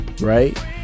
right